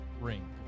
ring